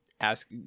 ask